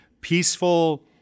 peaceful